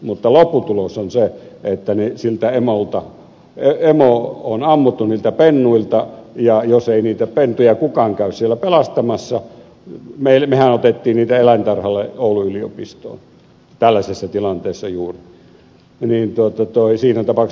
mutta lopputulos on se että emo on ammuttu niiltä pennuilta ja jos ei niitä pentuja kukaan käy siellä pelastamassa mehän otimme niitä eläintarhalle oulun yliopistoon tällaisessa tilanteessa juuri niin siinä tapauksessa ne jäävät sinne nälkäkuolemaan